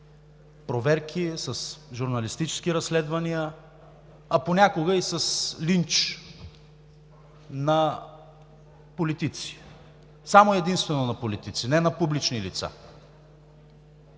проверки, с журналистически разследвания, а понякога и с линч на политици, само и единствено на политици, не на публични лица!